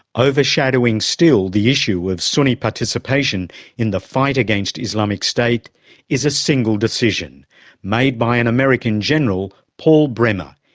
overshadowing still the issue of sunni participation in the fight against islamic state is a single decision made by an american general, paul bremer,